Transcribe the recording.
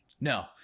no